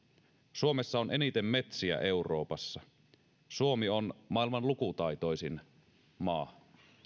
suomessa on eniten metsiä euroopassa suomi on maailman lukutaitoisin maa